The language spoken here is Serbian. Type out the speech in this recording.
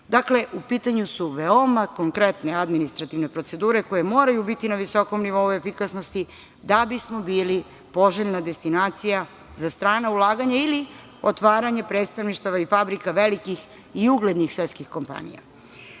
Dakle, u pitanju su veoma konkretne administrativne procedure koje moraju biti na visokom nivou efikasnosti da bismo bili poželjna destinacija za strana ulaganja ili otvaranje predstavništava i fabrika velikih i uglednih svetskih kompanija. Srbija